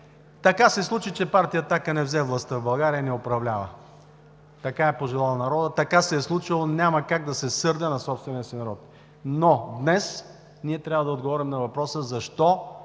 Така се случи, че Партия „Атака“ не взе властта в България и не управлява. Така е пожелал народът, така се е случило, няма как да се сърдя на собствения си народ. Но днес ние трябва да отговорим на въпроса: защо